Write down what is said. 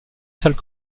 salle